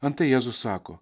antai jėzus sako